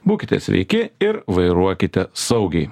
būkite sveiki ir vairuokite saugiai